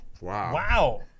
Wow